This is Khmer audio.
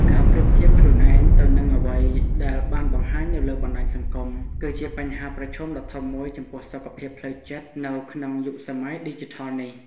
ការប្រៀបធៀបខ្លួនឯងទៅនឹងអ្វីដែលបានបង្ហាញនៅលើបណ្តាញសង្គម គឺជាបញ្ហាប្រឈមដ៏ធំមួយចំពោះសុខភាពផ្លូវចិត្តនៅក្នុងយុគសម័យឌីជីថលនេះ។